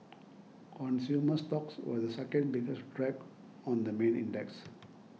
consumer stocks were the second biggest drag on the main index